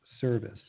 service